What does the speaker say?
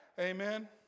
Amen